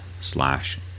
slash